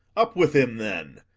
up with him, then!